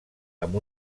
amb